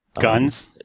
Guns